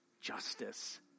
justice